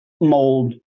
mold